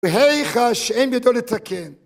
הי חש, אין בידו לתקן